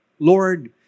Lord